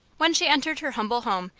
when she entered her humble home,